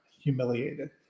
humiliated